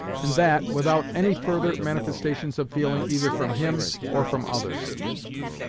and that without any further manifestations of feeling either from him, or from others.